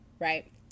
Right